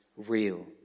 Real